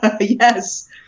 Yes